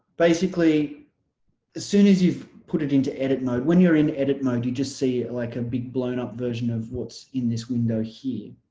basically as soon as you've put it into edit mode when you're in edit mode you just see it like a big blown-up version of what's in this window here